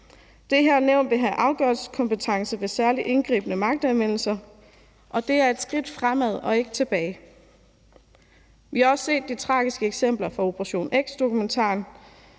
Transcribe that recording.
Det her nævn vil have afgørelseskompetence ved særlig indgribende magtanvendelser, og det er et skridt fremad og ikke tilbage. Vi har også set de tragiske eksempler fra Operation X-dokumentaren.